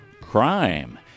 crime